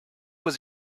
was